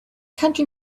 country